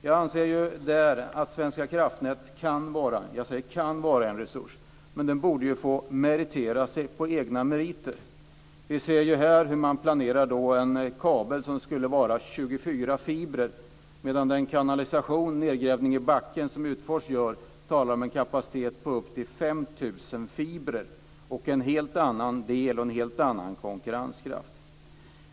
Jag anser att Svenska kraftnät kan vara en resurs, men den borde få meritera sig på egna förtjänster. Vi ser hur man planerar en kabel som skulle innehålla 24 fibrer, medan den kanalisation med nedgrävning i backen som Utfors använder har en kapacitet på upp till 5 000 fibrer, med en helt annan konkurrenskraft.